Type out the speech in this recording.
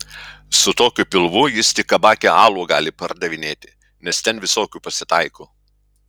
su tokiu pilvu jis tik kabake alų gali pardavinėti nes ten visokių pasitaiko